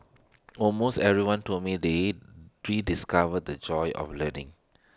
almost everyone told me they rediscovered the joy of learning